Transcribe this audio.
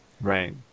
Right